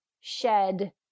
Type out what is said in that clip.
shed